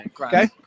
Okay